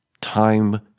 time